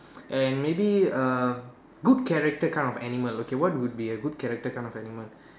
and maybe uh good character kind of animal okay what would be a good character kind of animal